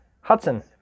Hudson